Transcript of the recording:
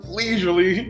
leisurely